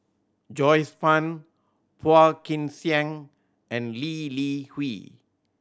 Joyce Fan Phua Kin Siang and Lee Li Hui